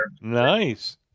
nice